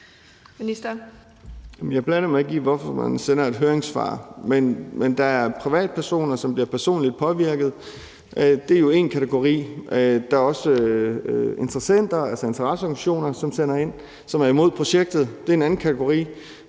Jeg blander mig ikke i, hvorfor man sender et høringssvar. Men der er privatpersoner, som bliver personligt påvirket; det er jo én kategori. Der er også interessenter, altså interesseorganisationer, som sender ind, og som er imod projektet; det er en anden kategori.